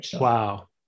Wow